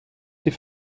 die